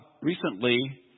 recently